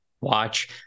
watch